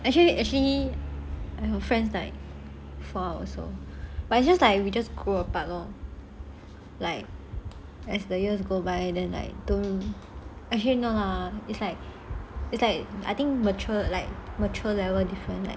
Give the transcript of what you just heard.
actually actually I got friends like fall out also but it's just like we just grow apart lor like as the years go by then I don't actually lah it's like it's like I think mature like mature level different